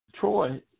Troy